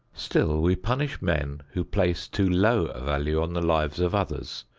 still we punish men who place too low a value on the lives of others,